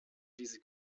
diese